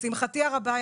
לשמחתי הרבה,